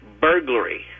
burglary